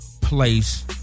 place